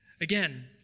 Again